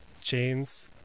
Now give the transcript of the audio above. chains